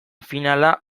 finala